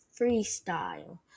freestyle